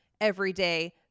everyday